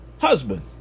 Husband